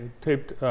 taped